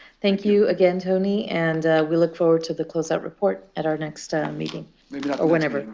thank you again, tony. and we look forward to the close out report at our next meeting or whenever.